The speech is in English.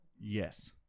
Yes